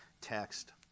text